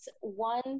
one